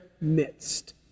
midst